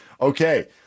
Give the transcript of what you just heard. okay